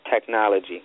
Technology